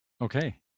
Okay